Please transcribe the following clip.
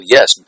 Yes